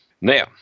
Now